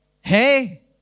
Hey